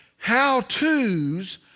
how-to's